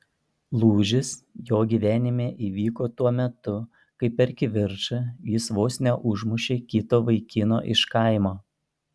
lūžis jo gyvenime įvyko tuo metu kai per kivirčą jis vos neužmušė kito vaikino iš kaimo